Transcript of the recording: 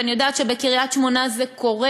ואני יודעת שבקריית-שמונה זה קורה: